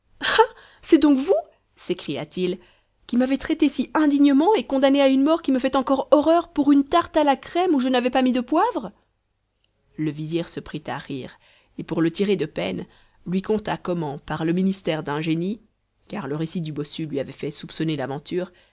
c'est donc vous s'écria-t-il qui m'avez traité si indignement et condamné à une mort qui me fait encore horreur pour une tarte à la crème où je n'avais pas mis de poivre le vizir se prit à rire et pour le tirer de peine lui conta comment par le ministère d'un génie car le récit du bossu lui avait fait soupçonner l'aventure